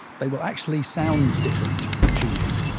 they will actually sound different to you,